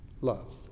love